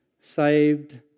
Saved